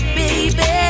baby